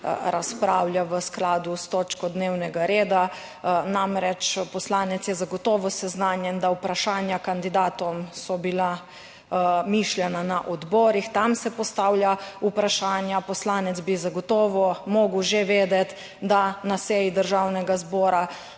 razpravlja v skladu s točko dnevnega reda. Namreč, poslanec je zagotovo seznanjen, da vprašanja kandidatom so bila mišljena na odborih, tam se postavlja vprašanja. Poslanec bi zagotovo mogel **25. TRAK: (JJ) –